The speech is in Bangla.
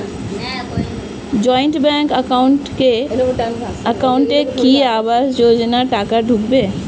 জয়েন্ট ব্যাংক একাউন্টে কি আবাস যোজনা টাকা ঢুকবে?